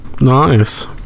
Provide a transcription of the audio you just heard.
Nice